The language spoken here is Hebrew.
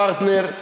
יש פרטנר,